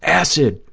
acid,